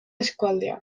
eskualdean